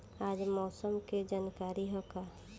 आज मौसम के जानकारी का ह?